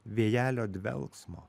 vėjelio dvelksmo